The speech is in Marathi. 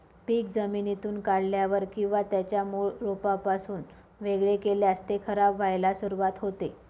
पीक जमिनीतून काढल्यावर किंवा त्याच्या मूळ रोपापासून वेगळे केल्यास ते खराब व्हायला सुरुवात होते